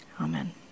Amen